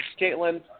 Caitlin